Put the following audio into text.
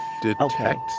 detect